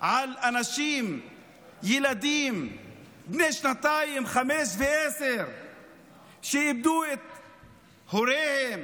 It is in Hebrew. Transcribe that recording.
על ילדים בני שנתיים, חמש ועשר שאיבדו את הוריהם?